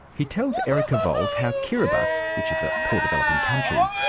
he tells erica vowles how kiribati, which is a poor developing country,